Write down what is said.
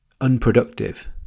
Unproductive